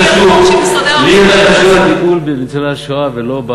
לי יותר חשוב הטיפול בניצולי השואה, ולא,